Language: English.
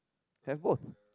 handphone